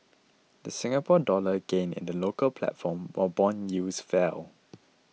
the Singapore Dollar gained in the local platform while bond yields fell